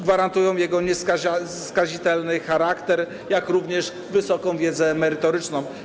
Gwarantują to jego nieskazitelny charakter, jak również wysoka wiedza merytoryczna.